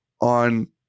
on